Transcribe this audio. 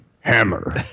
Hammer